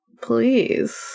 Please